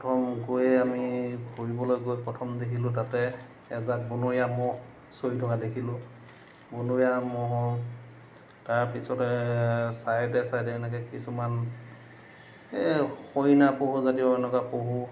প্ৰথম গৈয়ে আমি ফুৰিবলৈ গৈ প্ৰথম দেখিলোঁ তাতে এজাক বনৰীয়া ম'হ চৰি থকা দেখিলোঁ বনৰীয়া ম'হৰ তাৰপিছতে চাইডে চাইডে এনেকৈ কিছুমান এই হৰিণা পহুজাতীয় এনেকুৱা পহু